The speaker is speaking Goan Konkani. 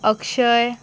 अक्षय